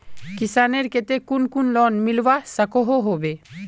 किसानेर केते कुन कुन लोन मिलवा सकोहो होबे?